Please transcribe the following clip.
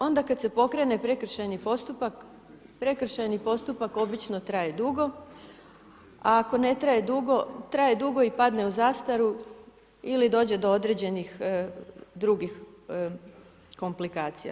Onda kada se pokrene prekršajni postupak, prekršajni postupak obično traje dugo a ako ne traje dugo, traje dugo i padne u zastaru ili dođe do određenih drugih komplikacija.